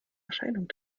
erscheinung